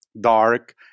dark